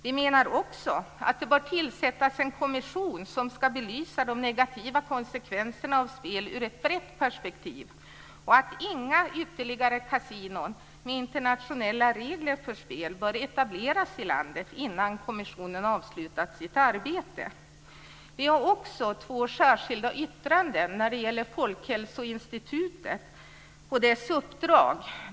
Vi menar också att det bör tillsättas en kommission som ska belysa de negativa konsekvenserna av spel i ett brett perspektiv. Inga ytterligare kasinon med internationella regler för spel bör etableras i landet innan kommissionen har avslutat sitt arbete. Vi har också två särskilda yttranden när det gäller Folkhälsoinstitutet och dess uppdrag.